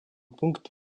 пункт